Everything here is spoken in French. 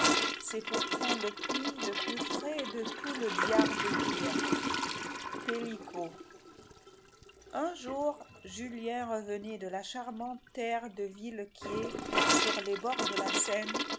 c'est pourtant le puits le plus frais de tout le diar békir pellico un jour julien revenait de la charmante terre de villequier sur les bords de la seine